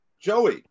Joey